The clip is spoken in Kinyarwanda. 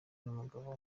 n’umugabo